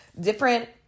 different